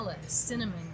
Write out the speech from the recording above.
cinnamon